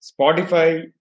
Spotify